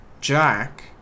Jack